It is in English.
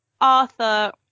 Arthur